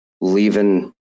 leaving